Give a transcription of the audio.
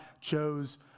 chose